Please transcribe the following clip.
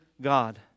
God